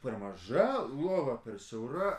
per maža lova per siaura